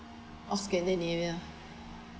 oh scandinavia